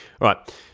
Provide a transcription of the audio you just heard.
right